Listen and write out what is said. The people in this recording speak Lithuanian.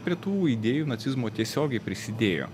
prie tų idėjų nacizmo tiesiogiai prisidėjo